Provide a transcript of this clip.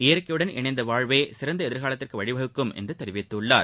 இயற்கையுடன் இணைந்த வாழ்வே சிறந்த எதிர்காலத்துக்கு வழிவகுக்கும் என்று தெரிவித்துள்ளார்